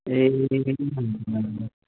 ए